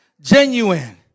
Genuine